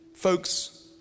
Folks